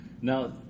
now